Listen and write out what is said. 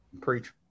preach